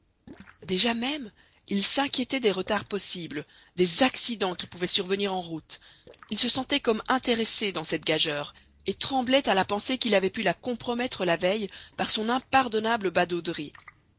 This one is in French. déjà même il s'inquiétait des retards possibles des accidents qui pouvaient survenir en route il se sentait comme intéressé dans cette gageure et tremblait à la pensée qu'il avait pu la compromettre la veille par son impardonnable